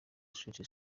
century